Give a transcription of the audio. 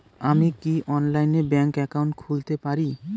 আমি কি অনলাইনে ব্যাংক একাউন্ট খুলতে পারি?